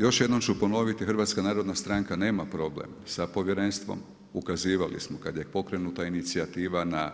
Još jednom ću ponoviti HNS nema problem sa Povjerenstvom, ukazivali smo kada je pokrenuta inicijativa na